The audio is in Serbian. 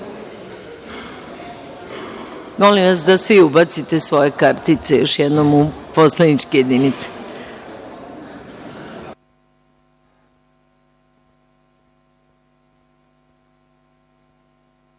vas da svi ubacite svoje kartice još jednom u poslaničke jedinice. Ja